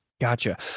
Gotcha